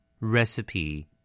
recipe